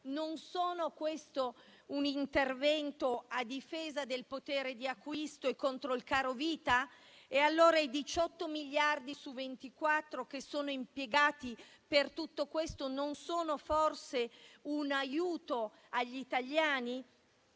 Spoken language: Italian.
non siano un intervento a difesa del potere di acquisto e contro il caro vita. Allora, i 18 miliardi su 24, che sono impiegati per tutto questo, non sono forse un aiuto agli italiani?